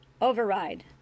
Override